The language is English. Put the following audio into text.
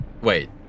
Wait